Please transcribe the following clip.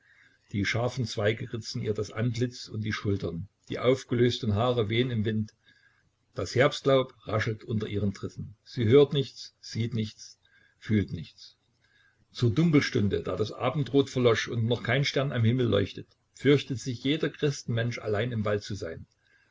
die scharfen zweige ritzen ihr das antlitz und die schultern die aufgelösten haare wehn im wind das herbstlaub raschelt unter ihren tritten sie hört nichts sieht nichts fühlt nichts zur dunkelstunde da das abendrot verlosch und noch kein stern am himmel leuchtet fürchtet sich jeder christenmensch allein im wald zu sein